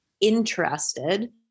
interested